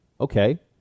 okay